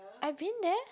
I been there